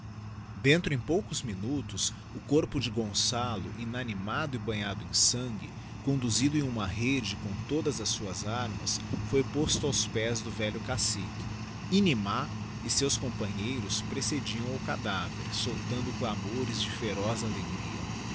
dentro em poucos minutos o corpo de gonçalo inanimado e banhado era sangue conduzido em uma rede com digiti zedby google todas as suas armas foi posto aos pés do velho cacique íniidá e seus companheiros precediam o cadáver soltando cla mores de feroz alegria